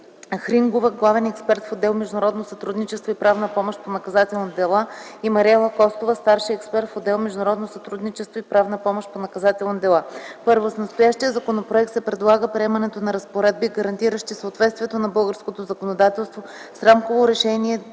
Хрингова – главен експерт в отдел „Международно сътрудничество и правна помощ по наказателни дела”, и Мариела Костова – старши експерт в отдел „Международно сътрудничество и правна помощ по наказателни дела”. І. В настоящия законопроект се предлага приемането на разпоредби, гарантиращи съответствието на българското законодателство с Рамково решение